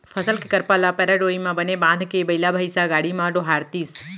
फसल के करपा ल पैरा डोरी म बने बांधके बइला भइसा गाड़ी म डोहारतिस